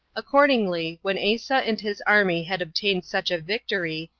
accordingly, when asa and his army had obtained such a victory,